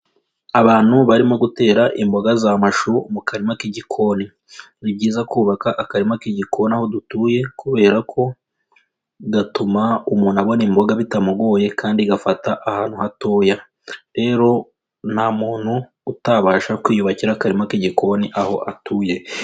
Abantu barimo gutera imboga za mashu mu karima k'igikoni, ni byiza kubaka akarima k'igikona aho dutuye kubera ko gatuma umuntu abona imboga bitamugoye kandi gafata ahantu hatoya, rero nta muntu utabasha kwiyubakira akarima k'igikoni aho atuye.